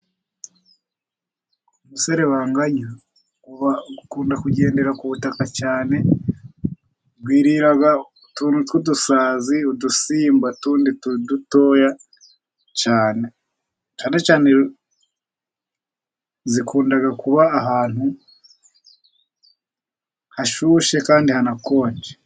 Umuserebanya ukunda kugendera ku butaka cyane, wirira utuntu tw'udusazi, udusimba tundi dutoya cyane, cyane cyane zikunda kuba ahantu hashyushye kandi hanakonje.